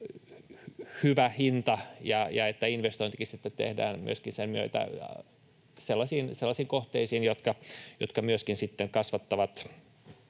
hyvä hinta ja että investoinnitkin sitten tehdään myöskin sen myötä sellaisiin kohteisiin, jotka kasvattavat